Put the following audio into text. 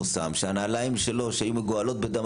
שהנעליים שלו שהיו מגואלות בדם,